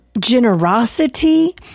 generosity